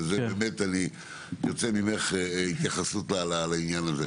ואני באמת ארצה ממך התייחסות לעניין הזה: